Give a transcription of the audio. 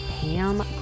Pam